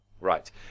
Right